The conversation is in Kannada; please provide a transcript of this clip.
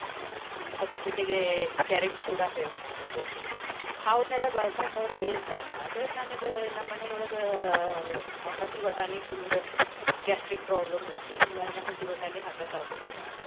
ಅದರ ಜೊತೆಗೆ ಕ್ಯಾರೆಟ್ ಕೂಡ ಹೇಳ್ತಾರೆ ಗಜ್ಜರಿ ಅವನ್ನೆಲ್ಲ ಬಳ್ಸಕ್ಕೆ ಅವರು ಹೇಳ್ತಾರೆ ಆದರೆ ನನಗೆ ನಮ್ಮ ಮನೆಯೊಳಗೆ ಹಸಿ ಬಟಾಣಿ ತಿಂದರೆ ಗ್ಯಾಸ್ಟ್ರಿಕ್ ಪ್ರಾಬ್ಲಮ್ ಐತಿ ಹೀಗಾಗಿ ನಾನು ಹಸಿ ಬಟಾಣಿ ಹಾಕಕ್ಕಾಗೋದಿಲ್ಲ